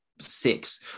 six